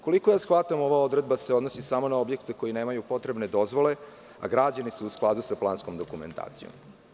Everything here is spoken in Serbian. Koliko shvatam, ova odredba se odnosi samo na objekte koji nemaju potrebne dozvole, a građeni su u skladu sa planskom dokumentacijom.